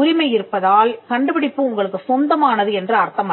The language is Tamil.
உரிமை இருப்பதால் கண்டுபிடிப்பு உங்களுக்குச் சொந்தமானது என்று அர்த்தமல்ல